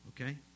okay